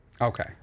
Okay